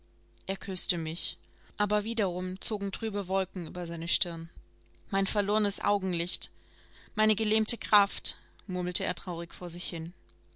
er küßte mich aber wiederum zogen trübe wolken über seine stirn mein verlorenes augenlicht meine gelähmte kraft murmelte er traurig vor sich hin